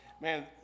man